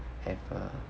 have uh